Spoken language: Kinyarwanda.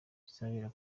kizabera